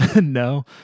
No